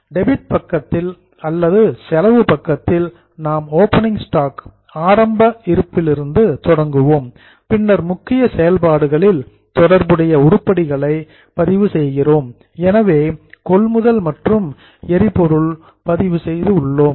debit பக்கத்தில் அல்லது செலவு பக்கத்தில் நாம் ஓபனிங் ஸ்டாக் ஆரம்ப இருப்பிலிருந்து தொடங்குவோம் பின்னர் முக்கிய செயல்பாடுகளில் தொடர்புடைய உருப்படிகளை பதிவு செய்கிறோம் எனவே பர்ச்சேஸ்சஸ் கொள்முதல் மற்றும் பியூல் எரிபொருளை பதிவு செய்துள்ளோம்